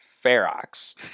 Ferox